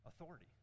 authority